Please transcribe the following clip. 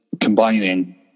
combining